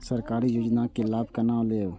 सरकारी योजना के लाभ केना लेब?